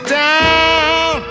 down